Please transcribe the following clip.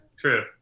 True